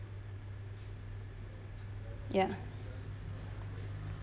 ya